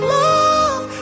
love